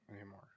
anymore